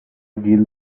gill